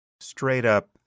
straight-up